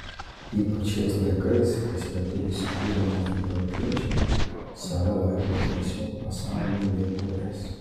ypač šiais laikais kai svetur įsikūrę mūsų tautiečiai save laiko tiesiog pasaulio lietuviais